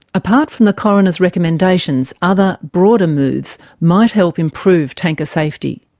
apart from the coroner's recommendations, other broader moves might help improve tanker safety.